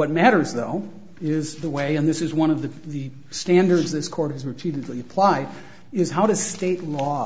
what matters though is the way and this is one of the the standards this court has repeatedly applied is how does state law